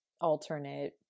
alternate